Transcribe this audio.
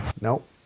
Nope